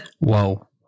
Whoa